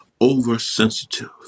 oversensitive